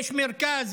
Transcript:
יש מרכז,